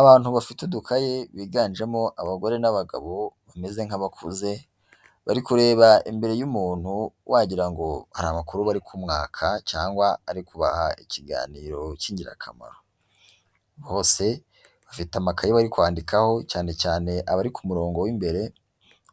Abantu bafite udukaye biganjemo abagore n'abagabo bameze nk'abakuze, bari kureba imbere y'umuntu wagira ngo hari amakuru bari kumwaka cyangwa ari kubaha ikiganiro cy'ingirakamaro. Bose bafite amakaye bari kwandikaho cyane cyane abari ku murongo w'imbere,